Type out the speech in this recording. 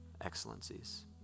excellencies